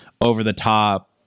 over-the-top